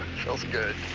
feels good.